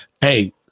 hey